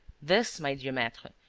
this, my dear maitre,